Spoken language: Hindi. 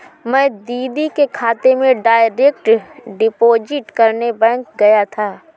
मैं दीदी के खाते में डायरेक्ट डिपॉजिट करने बैंक गया था